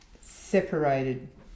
separated